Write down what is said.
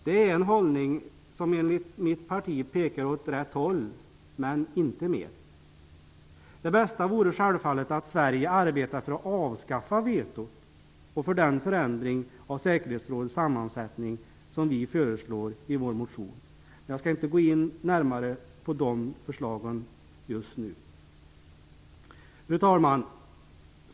Det är en hållning som enligt mitt parti pekar åt rätt håll -- men inte mer. Det bästa vore, självfallet, att Sverige arbetar för att avskaffa vetot och för den förändring av säkerhetsrådets sammansättning som vi föreslår i vår motion. Jag skall inte närmare gå in på de förslagen just nu. Fru talman!